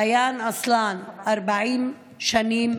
ביאן אסלאן, 40 שנים,